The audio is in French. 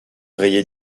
rayé